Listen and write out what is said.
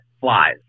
flies